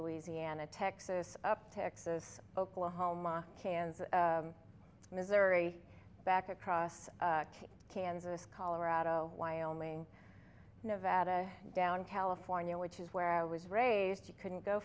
louisiana texas up texas oklahoma kansas missouri back across kansas colorado wyoming nevada down california which is where i was raised you couldn't go